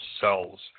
cells